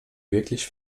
wirklich